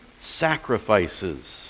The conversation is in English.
sacrifices